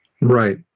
Right